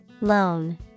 Loan